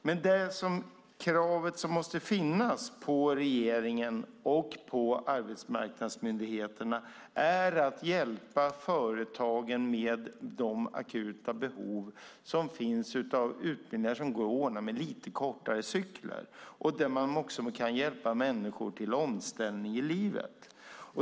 Men de krav som måste finnas på regeringen och på arbetsmarknadsmyndigheterna är att hjälpa företagen med de akuta behov som finns av utbildningar som går att ordna i lite kortare cykler och där man också kan hjälpa människor till omställning i livet.